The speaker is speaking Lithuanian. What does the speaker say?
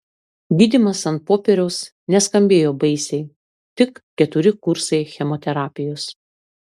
gydymas ant popieriaus neskambėjo baisiai tik keturi kursai chemoterapijos